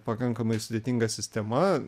pakankamai sudėtinga sistema